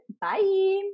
bye